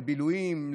לבילויים,